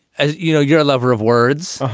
as you know, you're a lover of words.